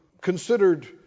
considered